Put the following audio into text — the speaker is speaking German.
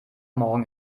morgen